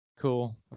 cool